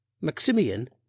Maximian